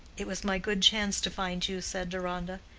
it was my good chance to find you, said deronda.